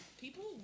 people